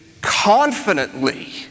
confidently